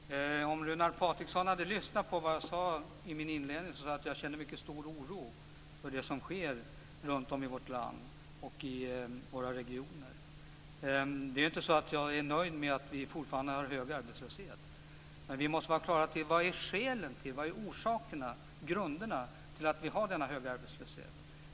Fru talman! Om Runar Patriksson hade lyssnat på vad jag sade hade han hört att jag i min inledning sade att jag känner mycket stor oro för det som sker runtom i vårt land och i våra regioner. Det är inte så att jag är nöjd med att vi fortfarande har hög arbetslöshet. Men vi måste vara på det klara med vilka skälen, orsakerna och grunderna är till att vi har denna höga arbetslöshet.